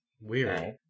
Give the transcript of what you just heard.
Weird